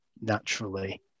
naturally